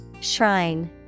Shrine